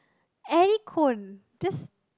any cone just